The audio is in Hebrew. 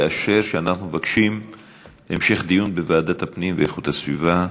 לאשר שאנחנו מבקשים המשך דיון בוועדת הפנים והגנת הסביבה.